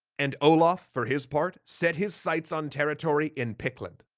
and olaf, for his part, set his sights on territory in pictland,